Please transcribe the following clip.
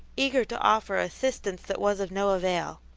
eager to offer assistance that was of no avail.